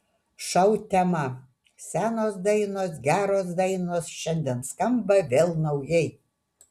šou tema senos dainos geros dainos šiandien skamba vėl naujai